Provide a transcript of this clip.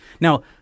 Now